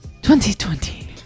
2020